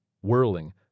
Whirling